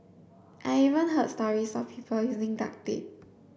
I even heard stories of people using duct tape